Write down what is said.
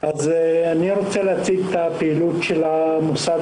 אני רוצה להציג את הפעילות של המוסד